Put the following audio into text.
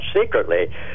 secretly